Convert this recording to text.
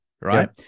right